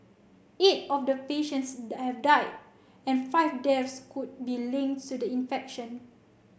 eight of the patients have died and five deaths could be linked to the infection